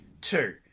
Two